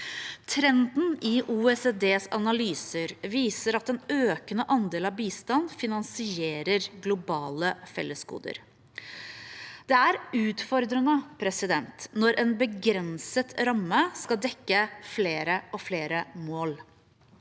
Trenden i OECDs analyser viser at en økende andel av bistand finansierer globale fellesgoder. Det er utfordrende når en begrenset ramme skal dekke flere og flere mål.